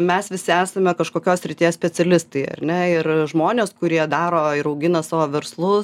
mes visi esame kažkokios srities specialistai ar ne ir žmonės kurie daro ir augina savo verslus